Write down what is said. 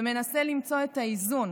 ומנסה למצוא את האיזון